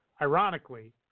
Ironically